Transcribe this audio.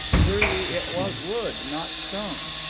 clearly it was wood, not stone,